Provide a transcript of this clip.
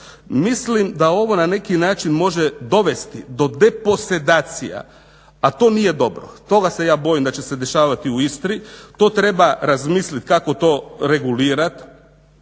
Mislim da ovo na neki način može dovesti do deposedacija, a to nije dobro, toga se ja bojim da će se dešavati u Istri, to treba razmislit kako to regulirat.